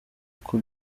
uko